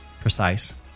precise